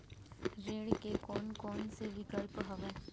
ऋण के कोन कोन से विकल्प हवय?